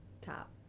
top